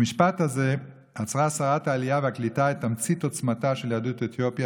במשפט הזה אצרה שרת העלייה והקליטה את תמצית עוצמתה של יהדות אתיופיה,